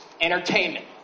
entertainment